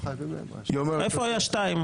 איפה היה שתיים?